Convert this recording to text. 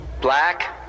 black